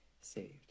saved